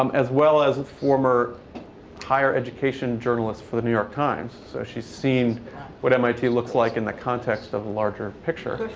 um as well as a former higher education journalist for the new york times. so she's seen what mit looks like in the context of a larger picture,